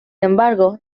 embargo